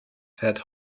fährt